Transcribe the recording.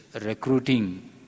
recruiting